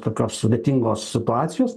tokios sudėtingos situacijos